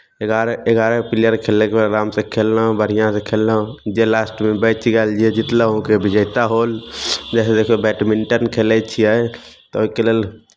एगारह एगारह पिलियर खेलयके आरामसँ खेललहुँ बढ़िआँसँ खेललहुँ जे लास्टमे बचि गेेल जे जितलहुँ ओकरे विजेता होल जैसे देखियौ बैटमिंटन खेलै छियै तऽ ओहिके लेल